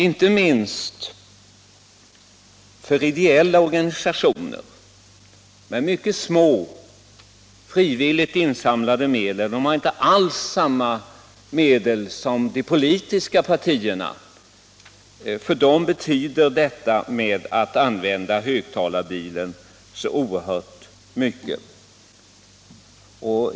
Inte minst för ideella organisationer med mycket små, frivilligt insamlade medel — de har inte alls samma ekonomiska resurser som de politiska partierna — betyder det oerhört mycket att få använda högtalarbil.